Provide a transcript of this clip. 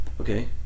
Okay